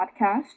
podcast